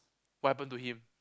what happened to him